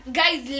guys